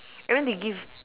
and then they give